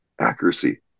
accuracy